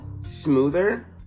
smoother